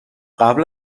قبل